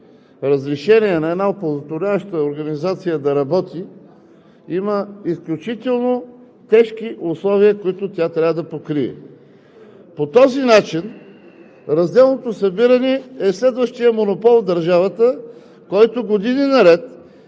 разрешение на една оползотворяваща организация да работи, има изключително тежки условия, които тя трябва да покрие. По този начин разделното събиране е следващият монопол в държавата, който години наред